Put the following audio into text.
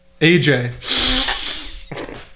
AJ